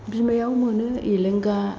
बिमायाव मोनो एलेंगा